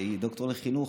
והיא ד"ר לחינוך.